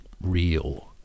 real